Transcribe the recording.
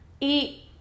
eat